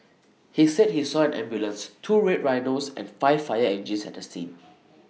he said he saw an ambulance two red Rhinos and five fire engines at the scene